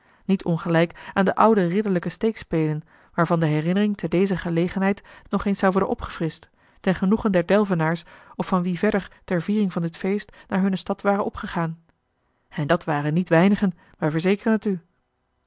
niet ongelijk aan de oude ridderlijke steekspelen waarvan de herinnering te dezer gelegenheid nog eens zou worden opgefrischt ten genoegen der delvenaars of van wie verder ter viering van dit feest naar hunne stad waren opgegaan en dat waren niet weinigen wij verzekeren het u